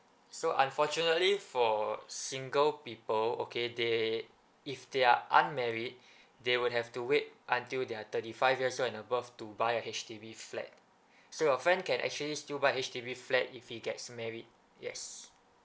so unfortunately for single people okay they if they are unmarried they would have to wait until they're thirty five years old and above to buy a H_D_B flat so your friend can actually still buy H_D_B flat if he gets married yes